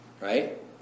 Right